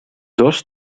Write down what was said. dos